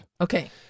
Okay